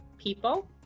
people